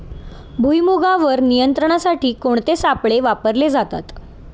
भुईमुगावर नियंत्रणासाठी कोणते सापळे वापरले जातात?